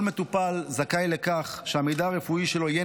כל מטופל זכאי לכך שהמידע הרפואי שלו יהיה